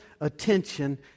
attention